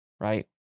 right